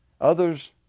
Others